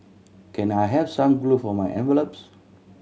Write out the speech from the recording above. can I have some glue for my envelopes